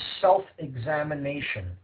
self-examination